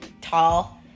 tall